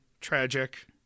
tragic